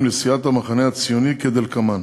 בחברי כנסת מסיעת המחנה הציוני כדלקמן: